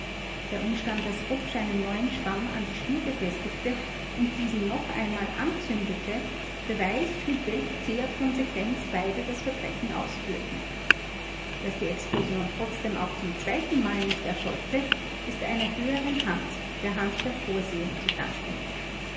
der umstand daß rupsch einen neuen schwamm an die schnur befestigte und diesen noch einmal anzündete beweist mit welch zäher konsequenz beide das verbrechen ausführten daß die explosion trotzdem auch zum zweitenmal nicht erfolgte ist einer höheren hand der hand der vorsehung zu danken